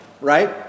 right